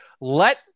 let